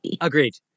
agreed